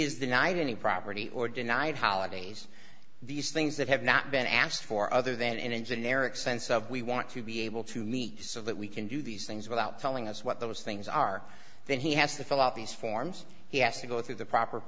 knight any property or denied holidays these things that have not been asked for other than an engine eric sense of we want to be able to meet so that we can do these things without telling us what those things are then he has to fill out these forms he has to go through the proper